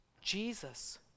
Jesus